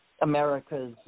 America's